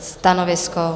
Stanovisko?